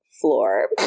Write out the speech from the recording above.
floor